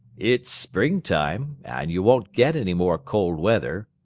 it's springtime, and you won't get any more cold weather,